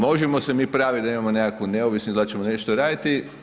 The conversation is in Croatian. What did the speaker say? Možemo se mi praviti da imamo nekakvu neovisnost i da ćemo nešto raditi.